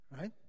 Right